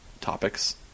topics